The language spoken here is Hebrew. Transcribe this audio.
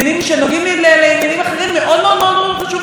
הממשלה אזי לא ראוי שהם יישארו פתוחים,